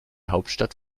hauptstadt